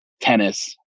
tennis